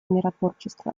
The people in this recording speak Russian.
миротворчество